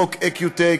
חוק איקיוטק,